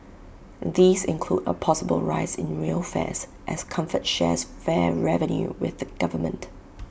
these include A possible rise in rail fares as comfort shares fare revenue with the government